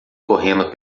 correndo